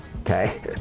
okay